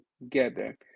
together